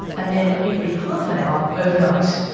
and then every half an hour overnight.